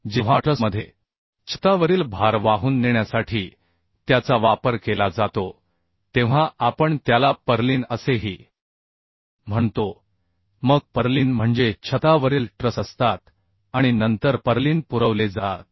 जेव्हा ट्रसमध्ये छतावरील भार वाहून नेण्यासाठी त्याचा वापर केला जातो तेव्हा आपण त्याला पर्लिन असेही म्हणतो मग पर्लिन म्हणजे छतावरील ट्रस असतात आणि नंतर पर्लिन पुरवले जातात